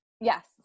Yes